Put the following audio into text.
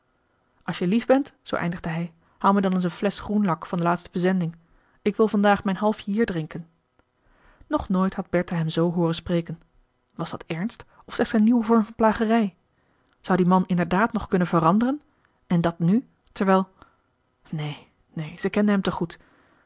als je lief bent zoo eindigde hij haal mij dan eens een flesch groenlak van de laatste bezending ik wil vandaag mijn halfje hier drinken nog nooit had bertha hem zoo hooren spreken was dat ernst of slechts een nieuwe vorm van plagerij zou die man inderdaad nog kunnen veranderen en dat nu terwijl neen neen zij kende hem te goed